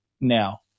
now